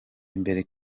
imbere